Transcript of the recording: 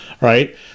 right